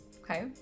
Okay